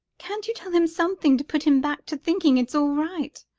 can't you tell him something to put him back to thinking it's all right?